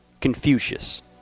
Confucius